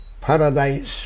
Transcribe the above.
paradise